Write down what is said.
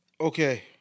Okay